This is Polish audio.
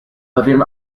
pewien